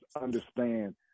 understand